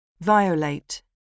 Violate